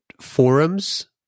forums